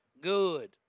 good